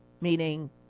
meaning